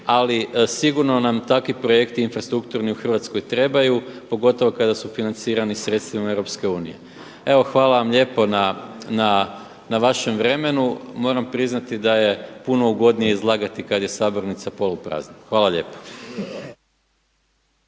ali sigurno nam takvi projekti infrastrukturni u Hrvatskoj trebaju, pogotovo kada su financirani sredstvima EU. Evo hvala vam lijepo na vašem vremenu. Moram priznati da je puno ugodnije izlagati da je sabornica poluprazna. Hvala lijepo.